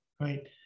right